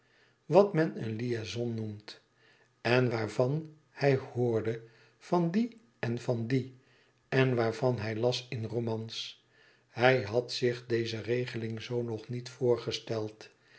wat men een liaison noemt en waarvan hij hoorde van die en van die en waarvan hij las in romans hij had zich deze regeling zoo nog niet voorgesteld